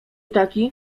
taki